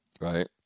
Right